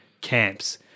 camps